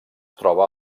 troba